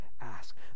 ask